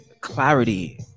Clarity